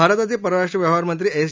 भारताचे परराष्ट्र व्यवहारमंत्री एस